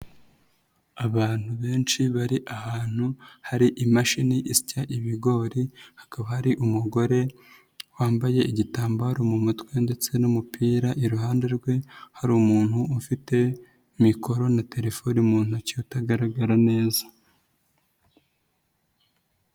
Abantu benshi bari ahantu hari imashini isya ibigori, hakaba ari umugore wambaye igitambaro mu mutwe ndetse n'umupira, iruhande rwe hari umuntu ufite mikoro na terefone mu ntoki utagaragara neza.